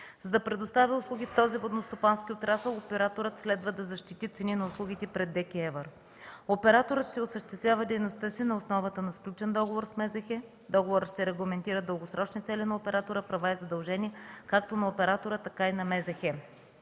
За да предостави услуги този водностопански отрасъл, операторът следва да защити цени на услугите пред ДКЕВР. Операторът ще осъществява дейността си на основата на сключен договор с Министерството на земеделието и храните. Договорът ще регламентира дългосрочни цели на оператора, права и задължения както на оператора, така и на